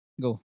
Go